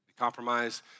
Compromise